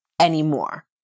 anymore